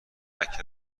لکه